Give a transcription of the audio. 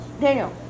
Daniel